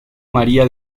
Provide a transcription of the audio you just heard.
maría